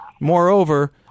moreover—